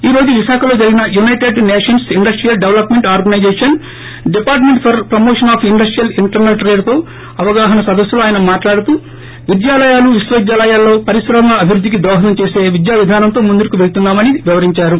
ఈ రోజు విశాఖలో జరిగిన united nations industrial development organization UNIDO department for promotion of industrial internal ట్రేడ్డీపీఐఐటీతో అవగాహన సదస్సులో ఆయన మాట్లాడుతూ విద్యాలయాలు విశ్వవిద్యాలయాల్లో పరిశ్రమల అభివృద్ధికి దోహదం చేసి విద్యా విధానంతో ముందుకు పెళ్తున్నా మని వివరించారు